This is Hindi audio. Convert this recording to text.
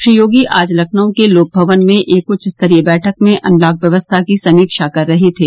श्री योगी आज लखनऊ के लोक भवन में एक उच्चस्तरीय बैठक में अनलॉक व्यवस्था की समीक्षा कर रहे थे